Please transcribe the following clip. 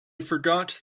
forgot